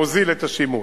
מוזיל את השימוש.